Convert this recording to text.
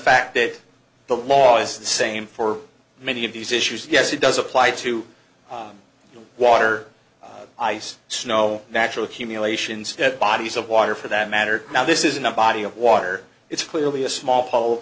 fact that the law is the same for many of these issues yes it does apply to water ice snow natural accumulations of dead bodies of water for that matter now this isn't a body of water it's clearly a small holl